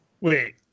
Wait